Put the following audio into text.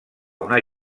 una